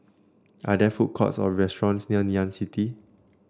are there food courts or restaurants near Ngee Ann City